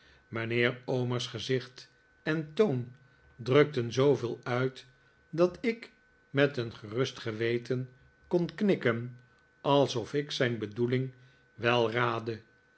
mijnheer omer's gezicht en toon drukten zooveel uit dat ik met een gerust geweten kon knikken alsof ik zijn bedoeling wel raadde